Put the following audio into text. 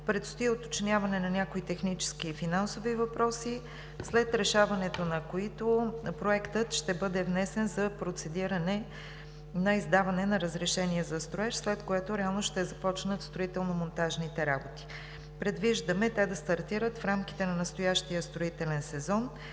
Предстои уточняване на някои технически и финансови въпроси, след решаването на които Проектът ще бъде внесен за процедиране на издаване на разрешение за строеж, след което реално ще започнат строително-монтажните работи. Предвиждаме те да стартират в рамките на настоящия строителен сезон,